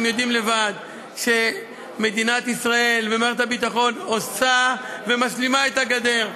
אתם יודעים לבד שמדינת ישראל ומערכת הביטחון עושה ומשלימה את הגדר.